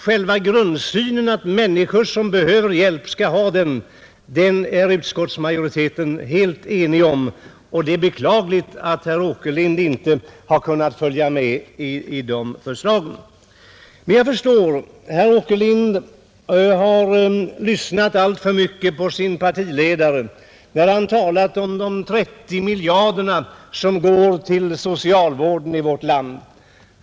Själva grundsynen att människor som behöver hjälp skall ha hjälp är utskottsmajoriteten helt enig om, och det är beklagligt att herr Åkerlind inte har kunnat följa med när det gäller de förslagen. Men jag förstår att herr Åkerlind har lyssnat alltför mycket på sin partiledare när denne talat om de 30 miljarderna som går till socialvården i vårt land.